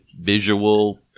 visual